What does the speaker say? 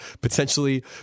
Potentially